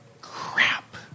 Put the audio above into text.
crap